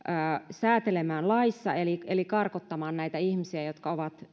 säätelemään laissa eli eli karkottamaan näitä ihmisiä jotka ovat